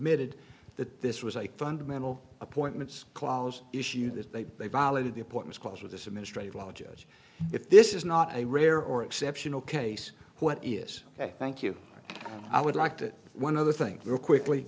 ed that this was a fundamental appointments clause issue that they they violated the important cause of this administrative law judge if this is not a rare or exceptional case what is a thank you i would like to one other thing real quickly